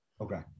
Okay